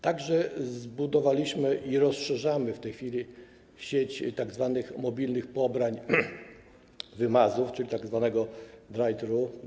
Tak że zbudowaliśmy i rozszerzamy w tej chwili sieć tzw. mobilnych pobrań, wymazów, czyli tzw. drive-thru.